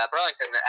Burlington